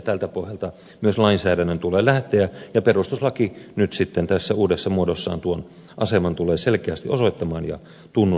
tältä pohjalta myös lainsäädännön tulee lähteä ja perustuslaki nyt sitten tässä uudessa muodossaan tuon aseman tulee selkeästi osoittamaan ja tunnustamaan